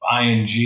ING